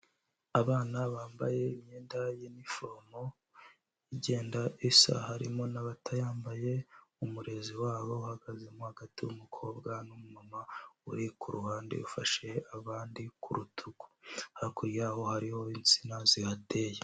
Abana bambaye imyenda y'uniform igenda isa, harimo n'abatayambaye; umurezi wabo uhagazemo hagati w'umukobwa n'umumama uri ku ruhande ufashe abandi ku rutugu. Hakurya yaho hariho intsina zihateye.